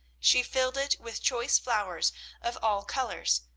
she filled it with choice flowers of all colours,